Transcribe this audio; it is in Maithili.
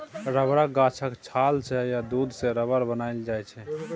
रबरक गाछक छाल सँ या दुध सँ रबर बनाएल जाइ छै